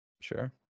Sure